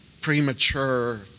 premature